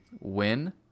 win